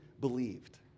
believed